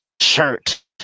shirt